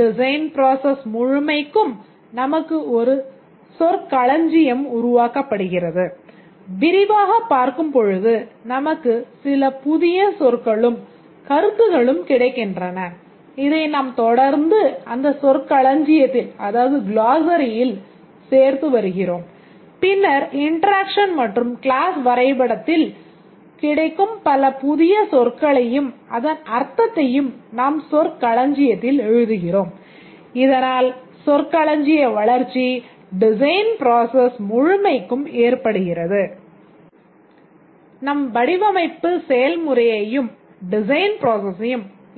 design process முழுமைக்கும் ஏற்படுகிறது நம் வடிவமைப்பு செயல்முறையையும்